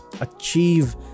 achieve